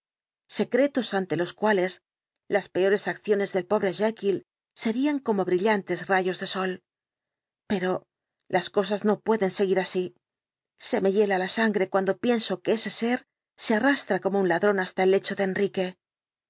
secretos ante los cuales las peores acciones del pobre jekyll serían como brillantes rayos de sol pero las cosas no pueden seguir así se me hiela la sangre cuando pienso que ese ser se arrastra como un ladrón hasta el lecho de enrique